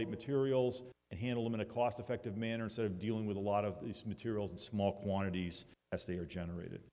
te materials and handle them in a cost effective manner instead of dealing with a lot of these materials in small quantities as they are generated